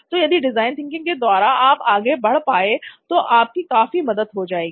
तो यदि design thinking के द्वारा आप आगे बढ़ पाए तो आपकी काफी मदद हो जाएगी